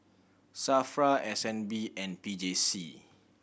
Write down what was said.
SAFRA S N B and P J C